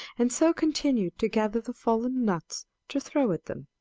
and so continued to gather the fallen nuts to throw at them.